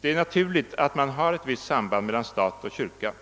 Det är naturligt att man har ett visst samband mellan stat och kyrka.